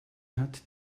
hat